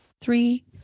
Three